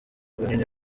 bunini